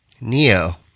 Neo